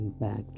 impact